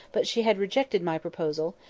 but she had rejected my proposal,